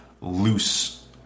loose